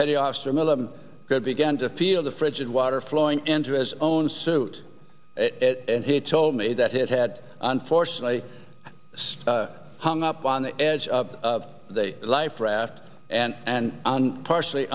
petty officer miller began to feel the frigid water flowing into his own suit and he told me that he had had unfortunately hung up on the edge of a life raft and and partially